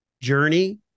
journey